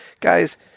guys